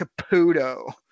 Caputo